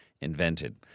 invented